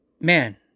man